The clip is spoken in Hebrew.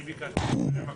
אני ביקשתי ממלא מקום.